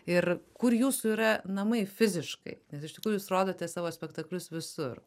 ir kur jūsų yra namai fiziškai nes iš tikrųjų jūs rodote savo spektaklius visur